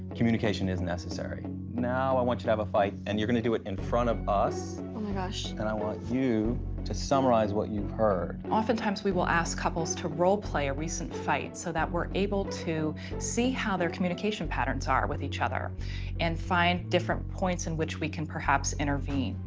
communication is necessary. now i want you to have a fight, and you're gonna do it in front of us. oh, my gosh. and i want you to summarize what you've heard. griffin oftentimes we will ask couples to roleplay a recent fight so that we're able to see how their communication patterns are with each other and find different points in which we can perhaps intervene.